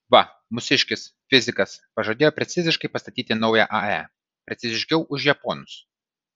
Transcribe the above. va mūsiškis fizikas pažadėjo preciziškai pastatyti naują ae preciziškiau už japonus